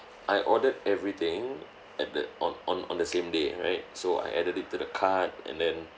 I ordered everything at the on on on the same day right so I added it to the cart and then